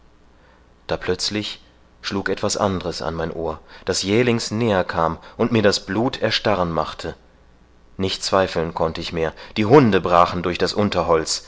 da plötzlich schlug was anderes an mein ohr das jählings näher kam und mir das blut erstarren machte nicht zweifeln konnt ich mehr die hunde brachen durch das unterholz